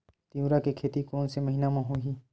तीवरा के खेती कोन से महिना म होही?